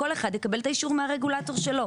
כל אחד יקבל את האישור מהרגולטור שלו.